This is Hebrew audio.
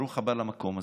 ברוך הבא למקום הזה.